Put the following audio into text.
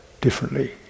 differently